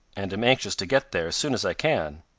and am anxious to get there as soon as i can.